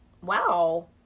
wow